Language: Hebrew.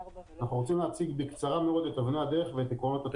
אנחנו רוצים להציג בקצרה מאוד את אבני הדרך ואת עקרונות התכנון.